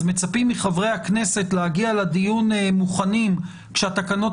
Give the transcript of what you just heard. אז מצפים מחברי הכנסת להגיע לדיון מוכנים כשהתקנות